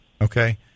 Okay